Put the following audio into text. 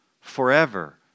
forever